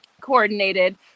coordinated